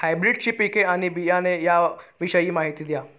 हायब्रिडची पिके आणि बियाणे याविषयी माहिती द्या